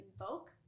invoke